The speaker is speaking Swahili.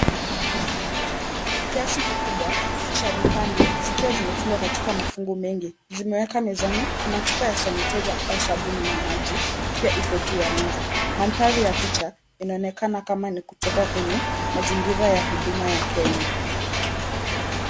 Kiasi kikubwa cha vipande zikiwa zimesanywa katika mafungu mengi, zimewekwa mezani. Kuna chupa ya sanitizer au sabuni ya maji pia ipo juu ya meza. Mandhari ya picha inaonekana kama ni kutoka kwenye mazingira huduma ya Kenya.